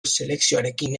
selekzioarekin